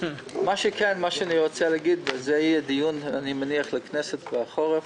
אני מניח שיהיה דיון בכנסת בחורף